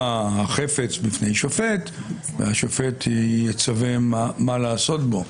החפץ בפני שופט והשופט יצווה מה לעשות בו.